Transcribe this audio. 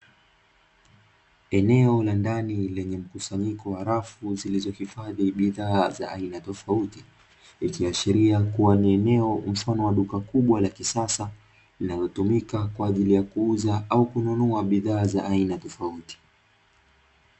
Eneo la ndani lenye mkusanyiko wa rafu zilizohifadhi bidhaa za aina tofauti, ikiashiria kuwa ni eneo mfano wa duka kubwa la kisasa, linalotumika kwa ajili ya kuuza au kununua bidhaa za aina tofauti.